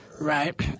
right